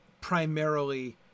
primarily